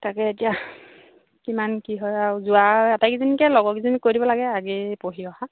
তাকে এতিয়া কিমান কি হয় আৰু যোৱা আটাইকেইজনীকে লগৰকীজনীক কৈ দিব লাগে আগেই পঢ়ি অহা